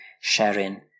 sharing